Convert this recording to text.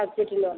subsidize loan